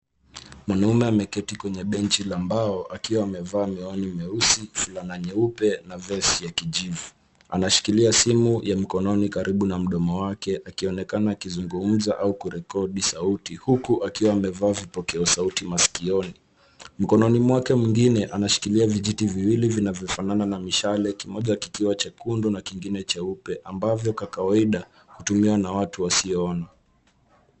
Mwanaume ameketi kwenye benchi la mbao akiwa amevaa miwami meusi, fulana nyeupe na ve ya kijivu. Anashikilia simu mkononi karibu na mdomo wake akionekana akizungumza au kurekodi sauti huku akiwa amevaa vipokeo sauti maskioni. Mkononi mwake mwingine, anashikilia vijiti viwili vinavyofanana na mishale kimoja kikiwa chekundu na kingine cheupe ambavyo kwa kawaida, hutumiwa na watu wasioona.